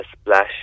splash